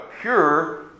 pure